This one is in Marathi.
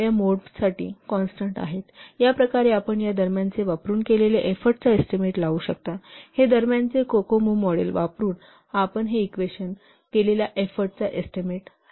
तर या प्रकारे आपण या इंटरमीडिएट वापरून केलेल्या एफोर्टचा एस्टीमेट लावू शकता हे इंटरमीडिएट कोकोमो मॉडेल वापरुन आपण हे इक्वेशन वापरून केलेल्या एफोर्टचा एस्टीमेट लावू शकता